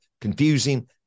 confusing